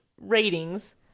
ratings